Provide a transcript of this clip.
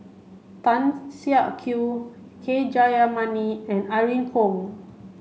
Tan Siak Kew K Jayamani and Irene Khong